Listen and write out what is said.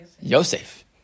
Yosef